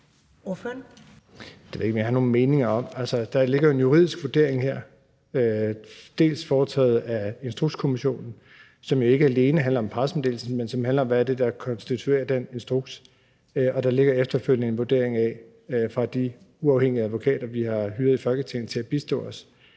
Det ved jeg ikke om jeg har nogen meninger om. Der ligger jo en juridisk vurdering her foretaget af Instrukskommissionen, som ikke alene handler om pressemeddelelsen, men som handler om, hvad det er, der konstituerer den instruks, og der ligger efterfølgende en vurdering fra de uafhængige advokater, som vi har hyret i Folketinget til at bistå os,